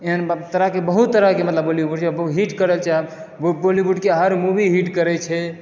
एहन तरहके बहुत तरहके मतलब बॉलीवुड जे हिट कऽ रहल छै ओ बॉलीवुडके हर मूवी हिट करैछे